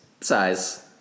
size